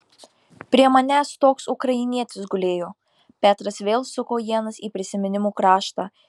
prie manęs toks ukrainietis gulėjo petras vėl suko ienas į prisiminimų kraštą